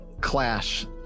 clash